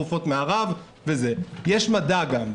יש גם מדע.